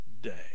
day